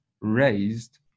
raised